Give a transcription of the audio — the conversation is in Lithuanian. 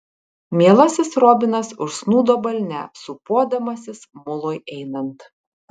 mielasis robinas užsnūdo balne sūpuodamasis mului einant